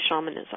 shamanism